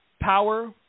power